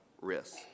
risk